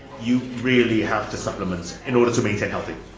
you really have to supplement in order to maintain healthy.